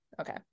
okay